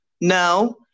no